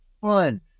fun